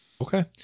Okay